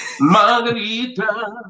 Margarita